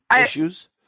issues